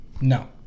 No